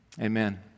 amen